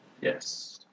Yes